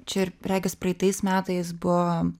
čia ir regis praeitais metais buvo